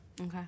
Okay